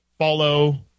Follow